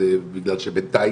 אז בגלל שבינתיים,